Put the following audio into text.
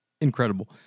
incredible